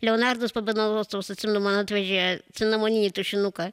leonardas pabedonoscevas atsimenu man atvežė cinamoninį tušinuką